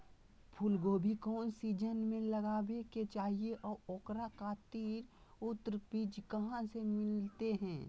फूलगोभी कौन सीजन में लगावे के चाही और ओकरा खातिर उन्नत बिज कहा से मिलते?